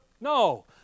No